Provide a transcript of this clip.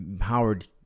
Howard